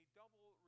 double